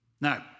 Now